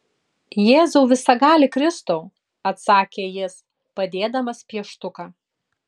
jėzau visagali kristau atsakė jis padėdamas pieštuką